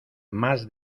más